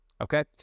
okay